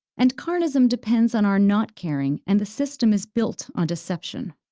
and carnism depends on our not caring, and the system is built on deception.